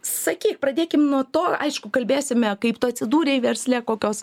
sakyk pradėkim nuo to aišku kalbėsime kaip tu atsidūrei versle kokios